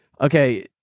Okay